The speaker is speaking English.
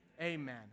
Amen